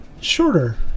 shorter